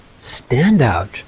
standout